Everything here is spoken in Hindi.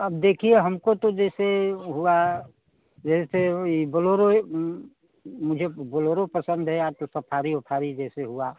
अब देखिए हमको तो जैसे हुआ जैसे यह ब्लोरो मुझे बोलेरो पसंद है आपको सफारी उफारी जैसे हुई